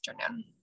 afternoon